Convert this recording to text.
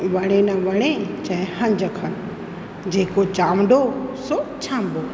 वणे न वणे चए हंज खण जेको चांडो सो छांबो